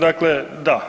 Dakle, da.